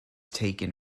taken